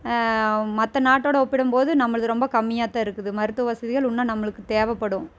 மற்ற நாட்டோட ஒப்பிடும் போது நம்மள்து ரொம்ப கம்மியாகத்தான் இருக்குது மருத்துவ வசதிகள் இன்னும் நம்மளுக்கு தேவைப்படும்